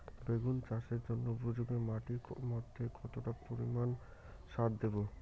বেগুন চাষের জন্য উপযোগী মাটির মধ্যে কতটা পরিমান সার দেব?